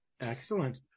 Excellent